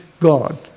God